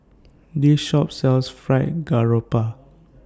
This Shop sells Fried Garoupa